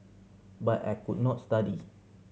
but I could not study